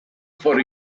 for